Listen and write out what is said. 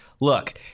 Look